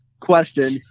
question